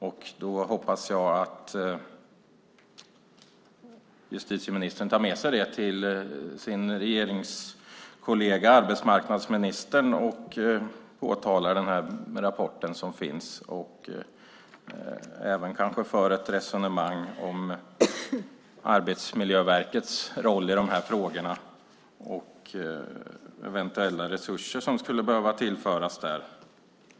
Jag hoppas att justitieministern tar med sig det till sin regeringskollega arbetsmarknadsministern och talar om att den här rapporten finns och kanske även för ett resonemang om Arbetsmiljöverkets roll i de här frågorna och de eventuella resurser som skulle behöva tillföras där.